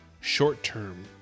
short-term